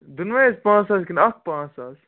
دۄنوَے حظ پانٛژھ ساس کِنہٕ اَکھ پانٛژھ ساس